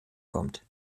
kommt